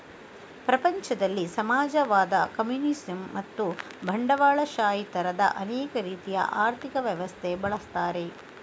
ಪ್ರಪಂಚದಲ್ಲಿ ಸಮಾಜವಾದ, ಕಮ್ಯುನಿಸಂ ಮತ್ತು ಬಂಡವಾಳಶಾಹಿ ತರದ ಅನೇಕ ರೀತಿಯ ಆರ್ಥಿಕ ವ್ಯವಸ್ಥೆ ಬಳಸ್ತಾರೆ